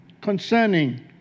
concerning